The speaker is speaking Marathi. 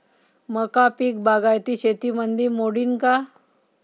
मका पीक बागायती शेतीमंदी मोडीन का?